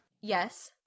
Yes